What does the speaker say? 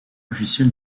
officielle